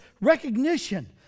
recognition